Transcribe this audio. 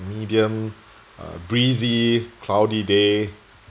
medium uh breezy cloudy day